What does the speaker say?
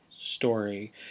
story